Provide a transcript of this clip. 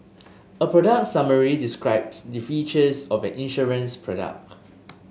a product summary describes the features of an insurance product